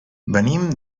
venim